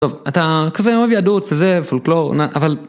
טוב, אתה כזה אוהב יהדות וזה פולקלור, אבל...